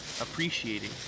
appreciating